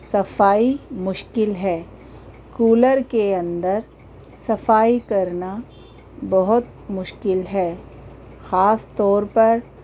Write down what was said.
صفائی مشکل ہے کولر کے اندر صفائی کرنا بہت مشکل ہے خاص طور پر